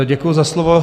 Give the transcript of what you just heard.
Děkuji za slovo.